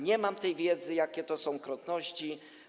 Nie mam wiedzy, jakie to są krotności.